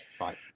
Right